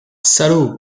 salaud